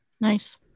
Nice